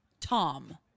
Tom